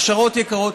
הכשרות יקרות.